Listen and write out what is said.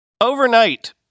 Overnight